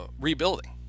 rebuilding